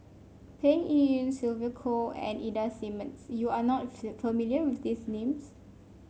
Peng Yuyun Sylvia Kho and Ida Simmons you are not familiar with these names